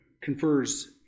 confers